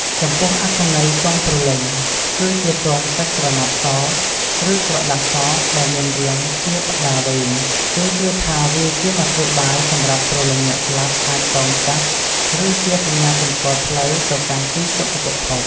ចំពោះ អត្ថន័យទង់ព្រលឹង គឺជាទង់សាច់ក្រណាត់ស ឬក្រដាសសដែលមានរាងជាបដាវែង គេជឿថាវាជាមធ្យោបាយសម្រាប់ព្រលឹងអ្នកស្លាប់អាចតោងចាប់ ឬជាសញ្ញាសម្គាល់ផ្លូវទៅកាន់ទីសុគតិភព។